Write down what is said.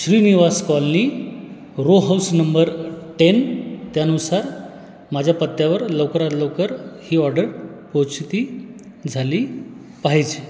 Shrinivas colony row house number ten त्यानुसार माझ्या पत्त्यावर लवकरात लवकर ही ऑर्डर पोचती झाली पाहिजे